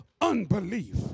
unbelief